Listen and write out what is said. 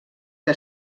que